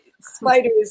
spiders